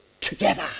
together